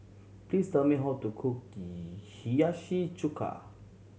please tell me how to cook Hiyashi Chuka